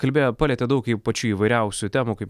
kalbėjo palietė daug jų pačių įvairiausių temų kaip